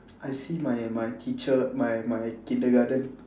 I see my my teacher my my kindergarten